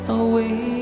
away